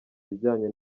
bijyanye